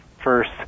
first